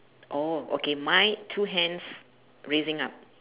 oh okay my two hands raising up